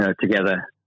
Together